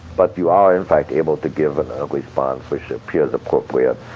but you are in fact able to give a response which appears appropriate,